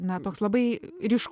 na toks labai ryšku